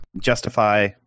Justify